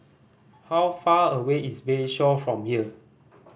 how far away is Bayshore from here